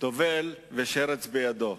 "טובל ושרץ בידו".